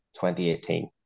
2018